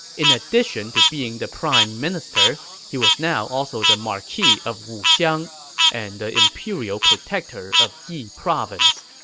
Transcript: in addition to being the prime minister, he was now also the marquis of wuxiang and the imperial protector of yi province.